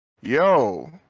yo